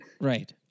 Right